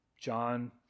John